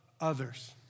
others